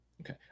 Okay